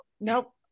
Nope